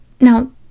Now